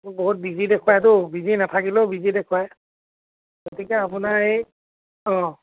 বহুত বিজি দেখুৱাইতো বিজি নাথাকিলেও বিজি দেখুৱাই গতিকে আপোনাৰ এই অঁ